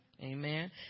Amen